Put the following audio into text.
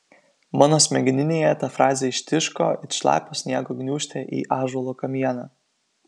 mano smegeninėje ta frazė ištiško it šlapio sniego gniūžtė į ąžuolo kamieną